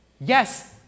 Yes